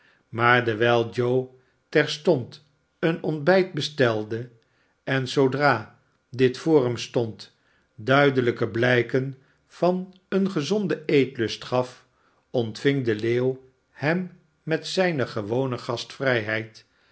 maar dewijl joe terstond een ontbijt bestelde en zoodra dit voor hem stond duidelijke blijken van een gezonden eetlust gaf ontving de leeuw hem met zijne gewone gastvrijheid